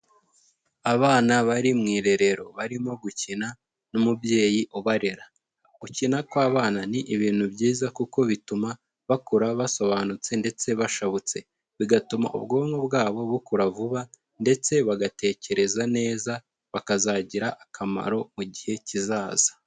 Abana bari mu irerero barimo gukina n'umubyeyi ubarera, gukina kw'abana ni ibintu byiza kuko bituma bakura basobanutse ndetse bashobotse, bigatuma ubwonko bwabo bukura vuba ndetse bagatekereza neza, bakazagira akamaro mu gihe kizaza.